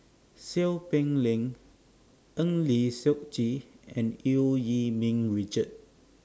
Seow Peck Leng Eng Lee Seok Chee and EU Yee Ming Richard